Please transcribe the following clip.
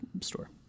store